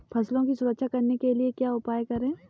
फसलों की सुरक्षा करने के लिए क्या उपाय करें?